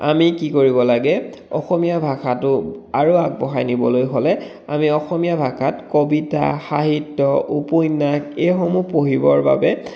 আমি কি কৰিব লাগে অসমীয়া ভাষাটো আৰু আগবঢ়াই নিবলৈ হ'লে আমি অসমীয়া ভাষাত কবিতা সাহিত্য উপন্যাস এইসমূহ পঢ়িবৰ বাবে